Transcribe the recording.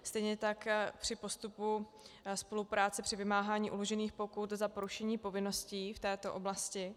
Stejně tak při postupu spolupráce při vymáhání uložených pokut za porušení povinností v této oblasti.